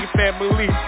family